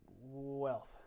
wealth